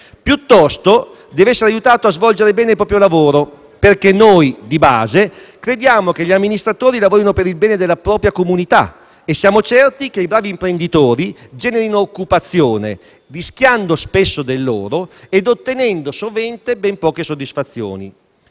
piuttosto deve essere aiutato a svolgere bene il proprio lavoro, perché noi di base crediamo che gli amministratori lavorino per il bene della propria comunità e siamo certi che i bravi imprenditori generino occupazione, rischiando spesso del loro e ottenendo sovente ben poche soddisfazioni.